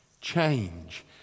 Change